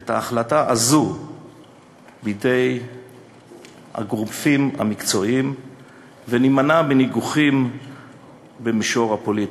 את ההחלטה הזאת בידי הגופים המקצועיים ונימנע מניגוחים במישור הפוליטי,